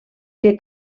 que